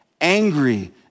angry